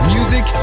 Music